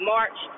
March